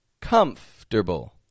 Comfortable